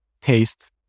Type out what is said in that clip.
taste